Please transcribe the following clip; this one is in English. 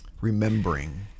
Remembering